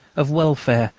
of welfare,